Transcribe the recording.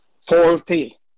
faulty